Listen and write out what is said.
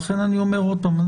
לכן אני אומר עוד פעם.